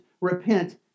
repent